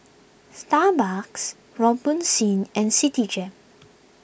Starbucks Robitussin and Citigem